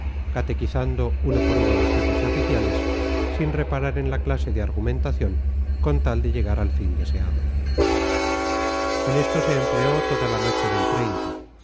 catequizando uno por uno a jefes y oficiales sin reparar en la clase de argumentación con tal de llegar al fin deseado en esto se empleó toda la noche del